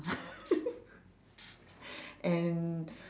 and